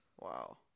wow